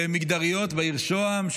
בעיר שוהם,